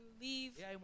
leave